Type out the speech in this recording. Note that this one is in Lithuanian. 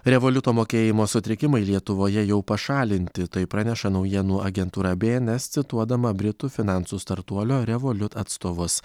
revoliuto mokėjimo sutrikimai lietuvoje jau pašalinti tai praneša naujienų agentūra bns cituodama britų finansų startuolio revolut atstovus